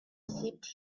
sipped